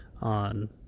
on